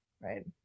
right